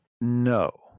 No